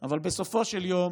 אבל בסופו של יום